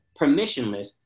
permissionless